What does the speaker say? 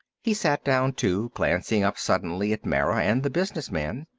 he sat down, too, glancing up suddenly at mara and the business man.